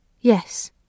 Yes